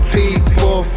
people